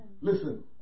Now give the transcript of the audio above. Listen